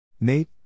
Nate